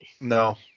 No